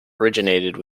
originated